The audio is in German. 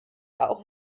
auch